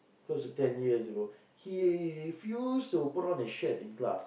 close to ten years ago he refuse to put on his shirt in class